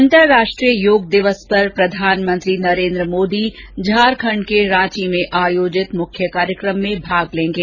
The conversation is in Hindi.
अंतर्राष्ट्रीय योग दिवस पर प्रधानमंत्री नरेन्द्र मोदी झारखण्ड के रांची में आयोजित मुख्य कार्यक्रम में भाग लेंगे